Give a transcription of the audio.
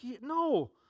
No